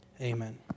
Amen